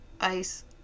ice